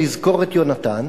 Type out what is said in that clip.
לזכור את יונתן.